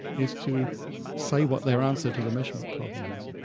is to say what their answer to the measurement problem is.